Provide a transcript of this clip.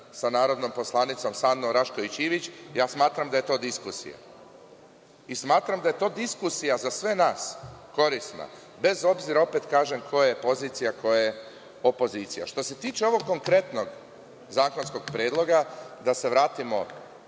sa narodnom poslanicom Sandom Rašković Ivić, ja smatram da je to diskusija i smatram da je ta diskusija za sve nas korisna, bez obzira, opet kažem, ko je pozicija a ko je opozicija. Što se tiče ovog konkretnog zakonskog predloga, da se vratimo